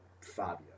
Fabio